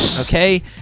okay